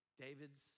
David's